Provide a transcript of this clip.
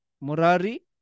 Murari